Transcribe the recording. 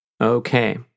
Okay